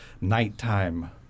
nighttime